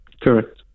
Correct